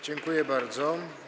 Dziękuję bardzo.